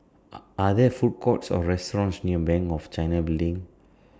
Are Are There Food Courts Or restaurants near Bank of China Building